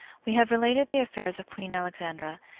we have related the affairs of queen alexandra,